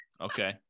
Okay